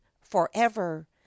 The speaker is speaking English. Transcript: forever